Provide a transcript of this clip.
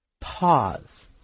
pause